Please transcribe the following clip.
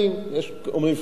יש שאומרים פחות,